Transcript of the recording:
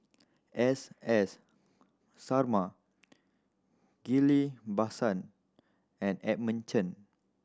S S Sarma Ghillie Basan and Edmund Chen